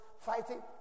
fighting